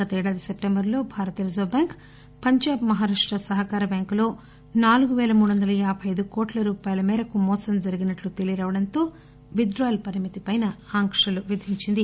గత ఏడాది సెప్టెంబర్లో భారత రిజర్వు బ్యాంక్ పంజాబ్ మహారాష్ట సహకార బ్యాంకులో నాలుగు పేల మూడు వందల యాబై అయిదు కోట్ల రూపాయల మోసం దొరికినట్లు తెలియరావడంతో విత్ డ్రాయల్ పరిమితి పైన ఆంక్షలు విధించింది